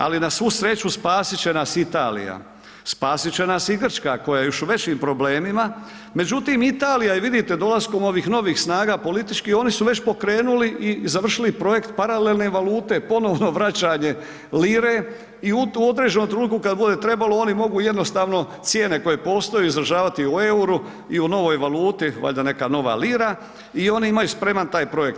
Ali na svu sreću, spasit će nas Italija, spasit će nas i Grčka koja je još u većim problemima međutim Italija je vidite, dolaskom ovih novih snaga političkih, oni su već pokrenuli i završili projekt paralelne valute, ponovno vraćanje lire i u određenom trenutku kad bude trebalo, oni mogu jednostavno, cijene koje postoje, izražavati u euru i u novoj valuti, valjda neka nova lira, i oni imaju spreman taj projekt.